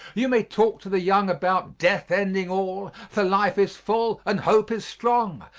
you may talk to the young about death ending all, for life is full and hope is strong,